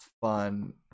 fun